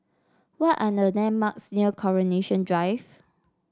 what are the landmarks near Coronation Drive